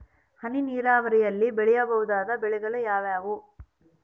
ಹನಿ ನೇರಾವರಿಯಲ್ಲಿ ಬೆಳೆಯಬಹುದಾದ ಬೆಳೆಗಳು ಯಾವುವು?